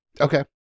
Okay